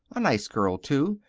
a nice girl, too.